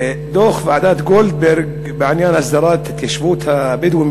דוח ועדת גולדברג בעניין הסדרת התיישבות הבדואים